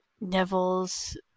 Neville's